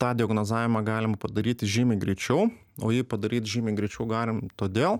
tą diagnozavimą galima padaryti žymiai greičiau o jį padaryt žymiai greičiau galim todėl